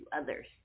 others